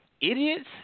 idiots